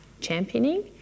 championing